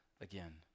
again